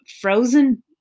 frozen